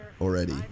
already